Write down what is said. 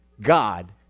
God